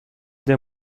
der